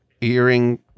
earring